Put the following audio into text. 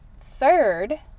Third